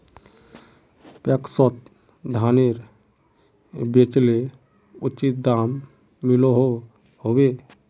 पैक्सोत धानेर बेचले उचित दाम मिलोहो होबे?